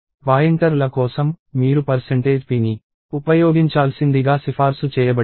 పాయింటర్ల కోసం మీరు p ని ఉపయోగించాల్సిందిగా సిఫార్సు చేయబడింది